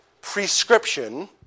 prescription